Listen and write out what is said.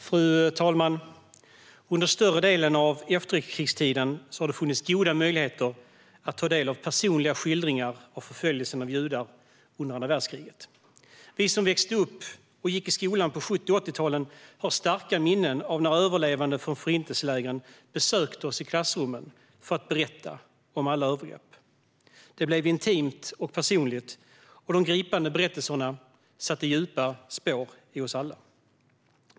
Fru talman! Under större delen av efterkrigstiden har det funnits goda möjligheter att ta del av personliga skildringar av förföljelsen av judar under andra världskriget. Vi som växte upp och gick i skolan på 1970 och 1980-talen har starka minnen av när överlevande från förintelselägren besökte oss i klassrummen för att berätta om alla övergrepp. Det blev intimt och personligt, och de gripande berättelserna satte djupa spår i oss alla.